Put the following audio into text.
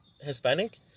Hispanic